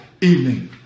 evening